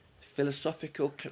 Philosophical